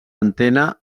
antena